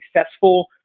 successful